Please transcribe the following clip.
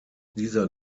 dieser